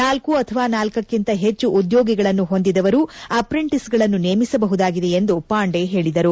ನಾಲ್ಕು ಅಥವಾ ನಾಲ್ಕಕ್ಕಂತ ಹೆಚ್ಚು ಉದ್ಯೋಗಿಗಳನ್ನು ಹೊಂದಿದವರು ಅಪ್ರೆಂಟಿಸ್ಗಳನ್ನು ನೇಮಿಸಬಹುದಾಗಿದೆ ಎಂದು ಪಾಂಡೆ ಹೇಳಿದರು